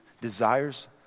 desires